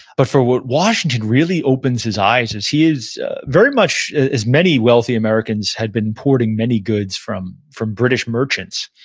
but for what washington really opens his eyes, is he very much, as many wealthy americans, had been importing many goods from from british merchants,